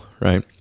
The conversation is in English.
right